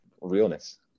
realness